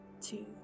two